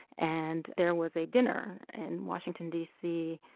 and there was a dinner in washington, d c.